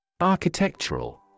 Architectural